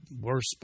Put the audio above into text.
worse